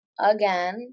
again